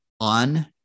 on